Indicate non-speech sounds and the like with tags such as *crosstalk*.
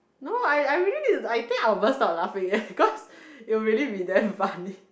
no I I really need to I think I will burst out *laughs* laughing eh cause it'll really be damn funny